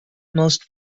most